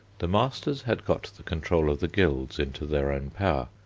the masters had got the control of the guilds into their own power.